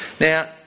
Now